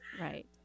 Right